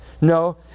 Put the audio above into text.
No